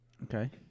Okay